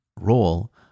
role